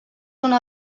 una